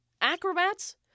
acrobats